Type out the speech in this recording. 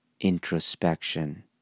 introspection